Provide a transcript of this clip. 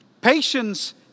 Patience